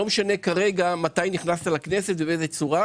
אני חושב